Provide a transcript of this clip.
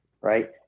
right